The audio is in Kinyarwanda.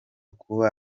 kuba